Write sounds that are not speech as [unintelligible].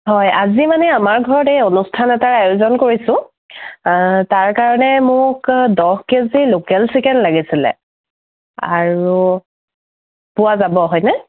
হয় আজি মানে আমাৰ ঘৰত অনুষ্ঠান এটা আয়োজন কৰিছোঁ [unintelligible] তাৰ কাৰণে মোক দক কেজি লোকেল চিকেন লাগিছিলে আৰু পোৱা যাব হয়নে